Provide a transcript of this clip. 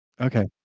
okay